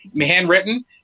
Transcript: Handwritten